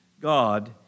God